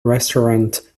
restaurant